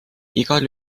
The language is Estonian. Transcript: igal